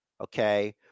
Okay